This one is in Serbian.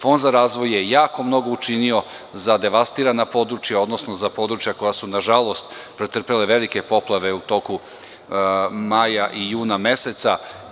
Fond za razvoj je jako mnogo učinio za devastirana područja, odnosno za područja koja su pretrpela velike poplave u toku maja i juna meseca.